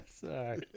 Sorry